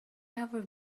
ever